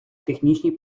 технічні